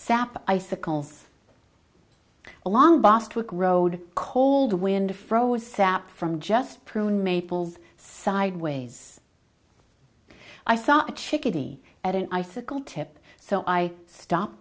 sap icicles along bostwick road cold wind froze sap from just prune maples sideways i saw a chickadee at an icicle tip so i stopped